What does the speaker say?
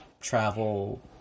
travel